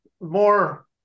more